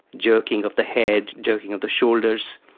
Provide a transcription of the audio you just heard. jerking of the head, jerking of the shoulders.